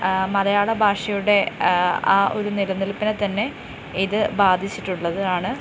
മലയാളഭാഷയുടെ ആ ഒരു നിലനിൽപ്പിനെ തന്നെ ഇത് ബാധിച്ചിട്ടുള്ളത് ആണ്